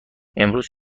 امروز